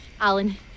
Alan